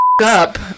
Up